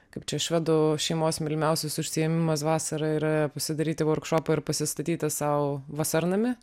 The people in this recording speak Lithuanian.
kaip čia švedų šeimos mylimiausias užsiėmimas vasarą yra pasidaryti vorkšopą ir pasistatyti sau vasarnamį